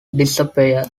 disappear